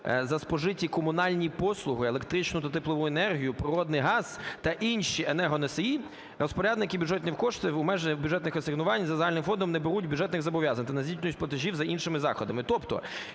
за спожиті комунальні послуги, електричну та теплову енергію, природний газ та інші енергоносії, розпорядники бюджетних коштів в межах бюджетних асигнувань за загальним фондом не беруть бюджетних зобов'язань та не здійснюють платежів за іншими заходами. Тобто,